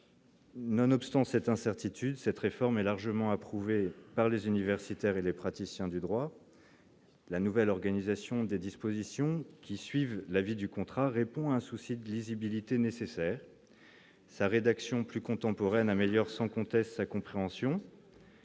nonobstant cette incertitude: cette réforme est largement approuvée par les universitaires et les praticiens du droit, la nouvelle organisation des dispositions qui suivent l'avis du contrat répond à un souci de lisibilité nécessaire sa rédaction plus contemporaine améliore sans conteste sa compréhension